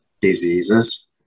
diseases